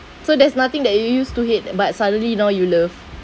so there's nothing that you used to hate uh but suddenly now you love